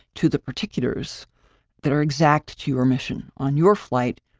to the particulars that are exact to your mission. on your flight,